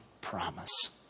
promise